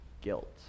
guilt